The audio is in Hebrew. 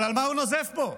אבל על מה הוא נוזף בו?